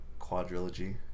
quadrilogy